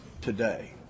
today